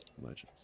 Legends